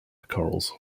corals